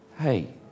hey